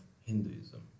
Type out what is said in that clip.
Hinduism